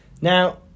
Now